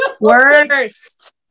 Worst